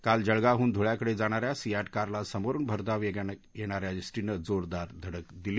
काल जळगावकडून धुळ्याकडे जाणाऱ्या सियाट कारला समोरून भरधाव वेगानं येणाऱ्या एसटीनं जोरदार धडक दिली